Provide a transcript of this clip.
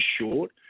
short